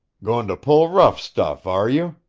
goin' to pull rough stuff, are you?